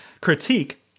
critique